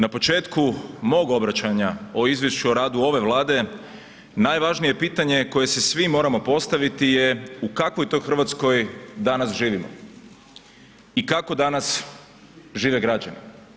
Na početku mog obraćanja o izvješću o radu ove Vlade najvažnije pitanje koji si svi moramo postaviti je u kakvoj to Hrvatskoj danas živimo i kako danas žive građani.